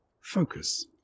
Focus